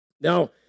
Now